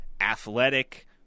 Athletic